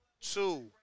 two